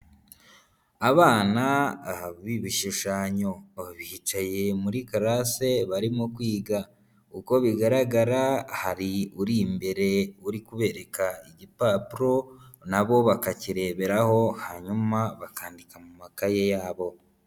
Abana b'ibishushanyo, bicaye muri karase barimo kwiga, uko bigaragara hari uri imbere uri kubereka igipapuro, na bo bakakirereberaho hanyuma bakandika mu makaye yabo.